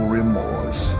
remorse